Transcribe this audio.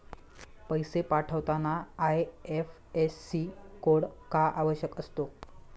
पैसे पाठवताना IFSC code का आवश्यक असतो?